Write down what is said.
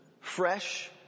fresh